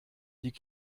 die